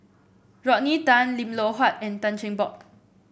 Rodney Tan Lim Loh Huat and Tan Cheng Bock